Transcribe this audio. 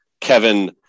Kevin